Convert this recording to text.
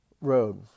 road